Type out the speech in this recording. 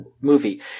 movie